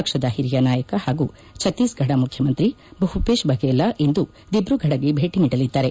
ಪಕ್ಷದ ಹಿರಿಯ ನಾಯಕ ಪಾಗೂ ಭತ್ತೀಸಗಢ ಮುಖ್ಯಮಂತ್ರಿ ಭೂಪೇಶ್ ಬಘೇಲ ಇಂದು ದಿಬ್ರುಗಢಗೆ ಭೇಟಿ ನೀಡಲಿದ್ದಾರೆ